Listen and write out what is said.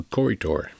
Corridor